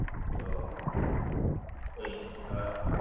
ꯑꯣ ꯍꯣꯏꯅꯦ ꯑꯥ